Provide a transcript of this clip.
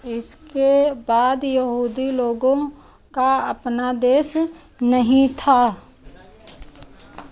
इसके बाद यहूदी लोगों का अपना देश नहीं था